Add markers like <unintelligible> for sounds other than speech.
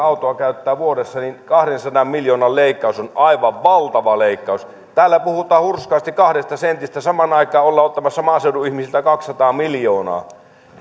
<unintelligible> autoa käyttää kahdensadan miljoonan leikkaus on aivan valtava leikkaus täällä puhutaan hurskaasti kahdesta sentistä samaan aikaan ollaan ottamassa maaseudun ihmisiltä kaksisataa miljoonaa